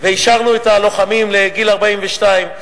ויישרנו את הלוחמים לגיל 42,